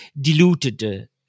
diluted